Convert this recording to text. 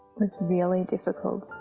was really difficult,